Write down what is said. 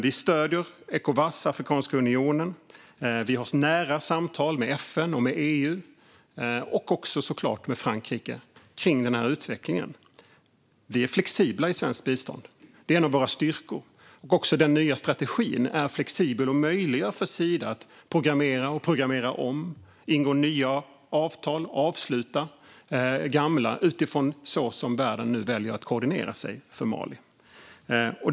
Vi stöder Ecowas och Afrikanska unionen. Vi har nära samtal med FN och med EU och såklart också med Frankrike kring denna utveckling. Vi är flexibla i svenskt bistånd. Det är en av våra styrkor. Också den nya strategin är flexibel och möjliggör för Sida att programmera och programmera om, ingå nya avtal och avsluta gamla utifrån hur världen nu väljer att koordinera sig för Mali.